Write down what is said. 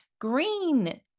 green